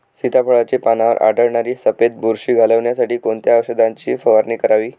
सीताफळाचे पानांवर आढळणारी सफेद बुरशी घालवण्यासाठी कोणत्या औषधांची फवारणी करावी?